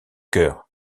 cœur